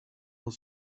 was